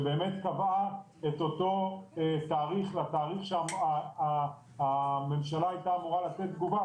שבאמת קבעה את אותו תאריך לתאריך שהממשלה הייתה אמורה לתת תגובה,